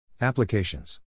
Applications